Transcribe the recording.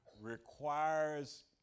requires